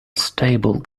stable